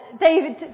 David